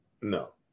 no